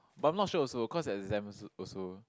but I'm not sure also cause exam also